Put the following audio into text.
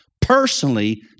personally